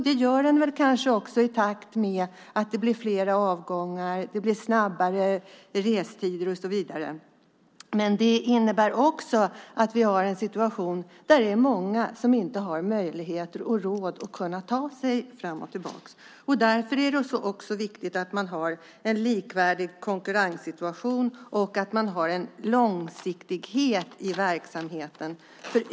Det gör de väl kanske också i takt med att det blir fler avgångar, snabbare restider och så vidare, men det innebär också att vi har en situation där många inte har möjlighet och råd att ta sig fram och tillbaka. Därför är det också viktigt att man har en likvärdig konkurrenssituation och en långsiktighet i verksamheten.